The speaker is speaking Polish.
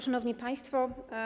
Szanowni Państwo!